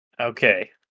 Okay